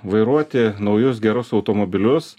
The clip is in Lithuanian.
vairuoti naujus gerus automobilius